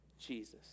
Jesus